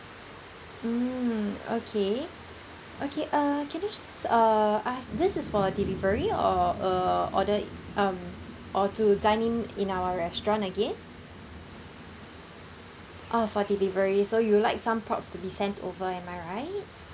mm okay okay uh can I just uh ask this is for delivery or uh order i~ um or to dine in in our restaurant again ah for delivery so you like some props to be sent over am I right